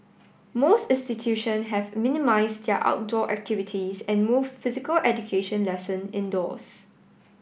most institution have minimised their outdoor activities and moved physical education lesson indoors